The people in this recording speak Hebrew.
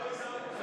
שלא יזהו אותך.